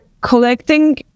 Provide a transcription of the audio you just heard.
collecting